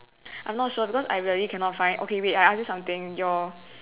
I am not sure because I really cannot find okay wait I ask you something your